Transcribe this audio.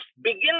begin